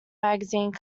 magazine